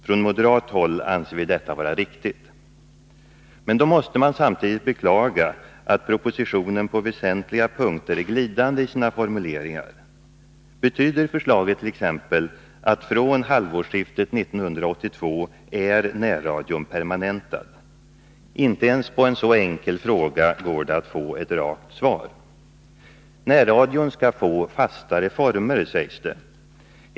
Från moderat håll anser vi detta vara riktigt. Men då måste man samtidigt beklaga att propositionen på väsentliga punkter är glidande i sina formuleringar. Betyder förslaget t.ex., att från halvårsskiftet 1982 är närradion permanentad? Inte ens på en så enkel fråga går det att få ett rakt svar. Närradion skall få fastare former, sägs det.